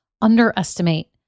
underestimate